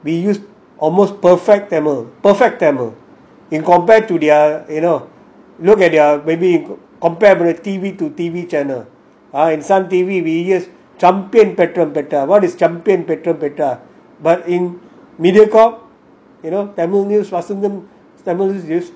we used almost perfect tamil perfect tamil in compared to their you know look at their baby compatibility t_v to t_v channel ah in some T_V we use champion பெற்றபெற்ற:petra petra what is பெற்றபெற்ற:petra petra but in media corp you know tamil news Vasanthan tamil news they use